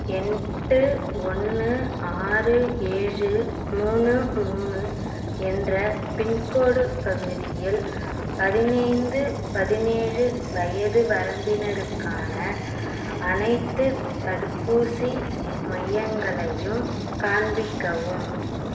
எட்டு ஒன்று ஆறு ஏழு மூணு மூணு என்ற பின்கோடு பகுதியில் பதினைந்து பதினேழு வயது வரம்பினருக்கான அனைத்துத் தடுப்பூசி மையங்களையும் காண்பிக்கவும்